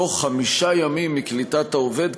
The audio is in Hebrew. בתוך חמישה ימים מקליטת העובד,